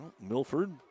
Milford